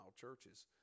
churches